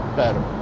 better